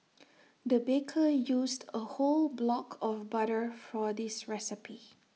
the baker used A whole block of butter for this recipe